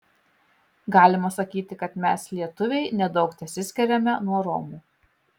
galima sakyti kad mes lietuviai nedaug tesiskiriame nuo romų